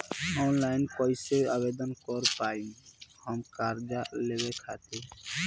Online कइसे आवेदन कर पाएम हम कर्जा लेवे खातिर?